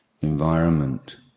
environment